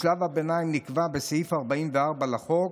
בשלב הביניים נקבע בסעיף 44 לחוק,